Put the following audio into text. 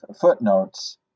footnotes